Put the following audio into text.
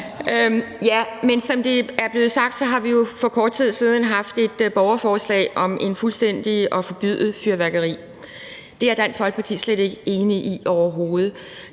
Ja, men som det er blevet sagt, har vi jo for kort tid siden haft et borgerforslag om fuldstændig at forbyde fyrværkeri. Det er Dansk Folkeparti slet ikke enig i overhovedet.